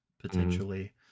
Potentially